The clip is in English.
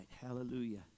hallelujah